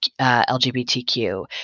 LGBTQ